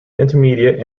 intermediate